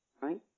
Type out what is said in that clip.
Right